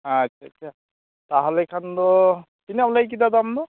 ᱟᱪᱪᱷᱟ ᱪᱷᱟ ᱛᱟᱦᱚᱞᱮ ᱠᱷᱟᱱ ᱫᱚ ᱛᱤᱱᱟᱹᱜ ᱮᱢ ᱞᱟᱹᱭ ᱠᱮᱫᱟ ᱫᱟᱢ ᱫᱚ